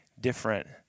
different